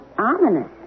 Ominous